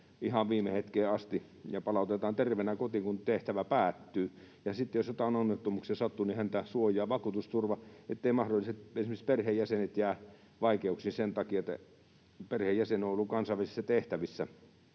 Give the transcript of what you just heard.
ihan viime hetkeen asti ja palautetaan terveenä kotiin, kun tehtävä päättyy, ja sitten jos joitain onnettomuuksia sattuu, niin häntä suojaa vakuutusturva, etteivät esimerkiksi mahdolliset perheenjäsenet jää vaikeuksiin sen takia, että perheenjäsen on ollut kansainvälisissä tehtävissä.